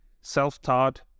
self-taught